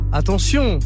attention